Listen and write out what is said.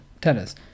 Tennis